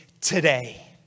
today